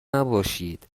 نباشید